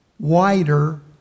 wider